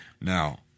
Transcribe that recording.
Now